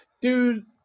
dude